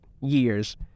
years